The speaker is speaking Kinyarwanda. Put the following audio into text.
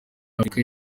afurika